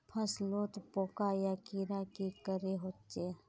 फसलोत पोका या कीड़ा की करे होचे?